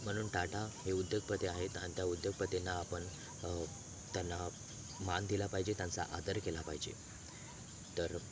म्हणून टाटा हे उद्योगपती आहेत आणि त्या उद्योगपतींना आपण त्यांना मान दिला पाहिजे त्यांचा आदर केला पाहिजे तर